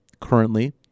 currently